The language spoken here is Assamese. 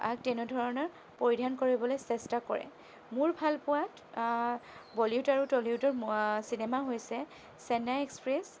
তেনে ধৰণৰ পৰিধান কৰিবলৈ চেষ্টা কৰে মোৰ ভালপোৱাত বলিউড আৰু টলিউডৰ চিনেমা হৈছে চেন্নাই এক্সপ্ৰেছ